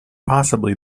possibly